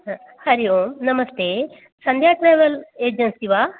हरि ओं नमस्ते सन्ध्याट्रावेल् एज़न्सि वा